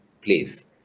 place